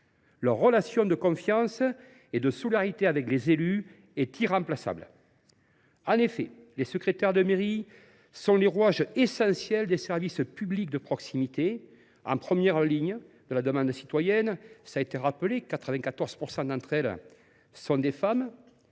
Leur relation de confiance et de solidarité avec les élus est irremplaçable. En effet, les secrétaires de mairie sont les rouages essentiels des services publics de proximité, en première ligne de la demande citoyenne. Elles – 94 % des secrétaires sont en effet